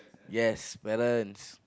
yes balance